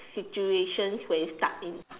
situation where you stuck in